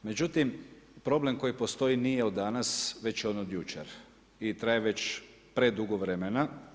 Međutim, problem koji postoji nije od danas već je on od jučer i traje već predugo vremena.